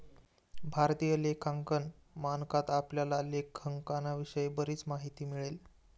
भारतीय लेखांकन मानकात आपल्याला लेखांकनाविषयी बरीच माहिती मिळेल